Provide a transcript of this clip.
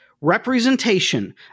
representation